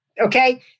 Okay